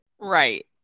Right